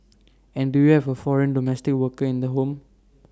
and do you have A foreign domestic worker in the home